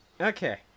Okay